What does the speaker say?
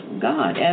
God